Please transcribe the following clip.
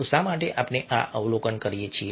તો શા માટે આપણે આ અવલોકન કરીએ છીએ